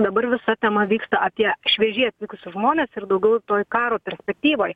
dabar visa tema vyksta apie šviežiai atvykusius žmones ir daugiau toj karo perspektyvoje